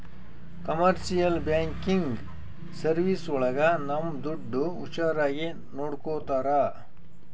commercial banking service ಒಳಗ ನಮ್ ದುಡ್ಡು ಹುಷಾರಾಗಿ ನೋಡ್ಕೋತರ